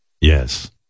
Yes